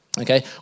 Okay